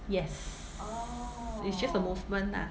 yes it's just the movement ah